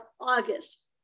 August